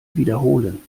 wiederholen